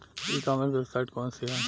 ई commerce website कौन सी है?